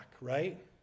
right